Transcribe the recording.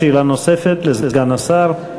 שאלה נוספת לסגן השר.